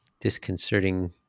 disconcerting